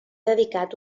dedicat